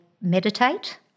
meditate